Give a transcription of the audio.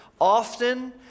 often